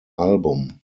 album